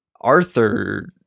Arthur